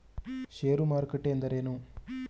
ಷೇರು ಮಾರುಕಟ್ಟೆ ಎಂದರೇನು?